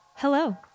Hello